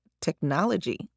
technology